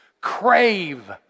crave